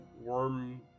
Worm